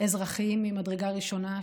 אזרחיים ממדרגה ראשונה,